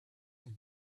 and